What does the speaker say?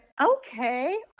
okay